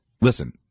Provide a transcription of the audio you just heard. listen